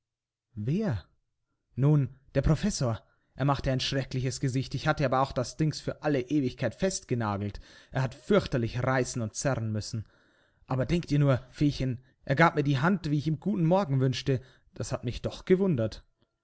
wer nun der professor er machte ein schreckliches gesicht ich hatte aber auch das dings für alle ewigkeit festgenagelt er hat fürchterlich reißen und zerren müssen aber denke dir nur feechen er gab mir die hand wie ich ihm guten morgen wünschte das hat mich doch gewundert